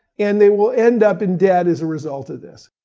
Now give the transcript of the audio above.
and they will end up in debt as a result of this.